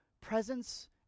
presence